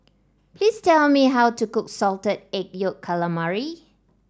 please tell me how to cook Salted Egg Yolk Calamari